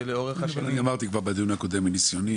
ולאורך השנים --- אני אמרתי כבר בדיון הקודם: מניסיוני,